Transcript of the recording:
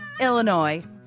Illinois